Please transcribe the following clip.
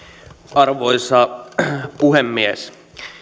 arvoisa puhemies